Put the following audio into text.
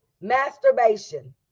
Masturbation